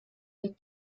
est